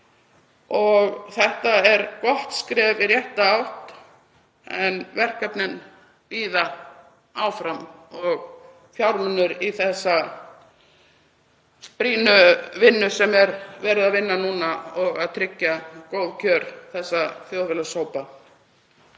og þetta er gott skref í rétta átt. En verkefnin bíða áfram og fjármunir í þessa brýnu vinnu sem er verið að vinna núna og að tryggja góð kjör þessara þjóðfélagshópa.